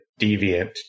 Deviant